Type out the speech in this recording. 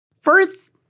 First